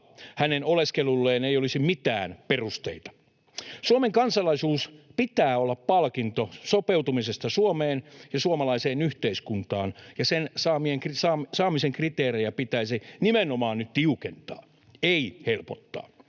hänen oleskelulleen ei olisi mitään perusteita. Suomen kansalaisuuden pitää olla palkinto sopeutumisesta Suomeen ja suomalaiseen yhteiskuntaan, ja sen saamisen kriteerejä pitäisi nimenomaan nyt tiukentaa, ei helpottaa.